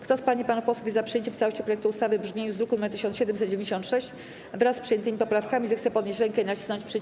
Kto z pań i panów posłów jest za przyjęciem w całości projektu ustawy w brzmieniu z druku nr 1796, wraz z przyjętymi poprawkami, zechce podnieść rękę i nacisnąć przycisk.